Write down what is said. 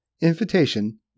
Invitation